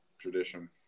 tradition